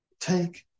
Take